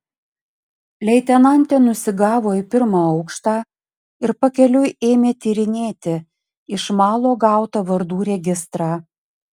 leitenantė nusigavo į pirmą aukštą ir pakeliui ėmė tyrinėti iš malo gautą vardų registrą